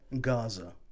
gaza